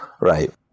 right